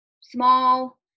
small